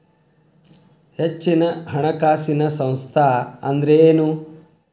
ಹೆಚ್ಚಿನ ಹಣಕಾಸಿನ ಸಂಸ್ಥಾ ಅಂದ್ರೇನು?